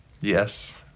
Yes